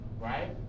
right